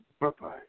Bye-bye